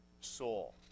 soul